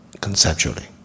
conceptually